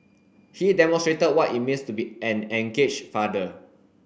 he demonstrated what it means to be an engaged father